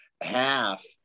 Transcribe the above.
half